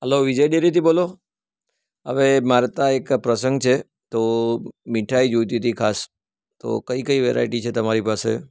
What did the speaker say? hello Vijay ડેરીથી બોલો હવે મારે ત્યાં એક પ્રસંગ છે તો મીઠાઈ જોઈતી હતી ખાસ તો કઈ કઈ વેરાઈટી છે તમારી પાસે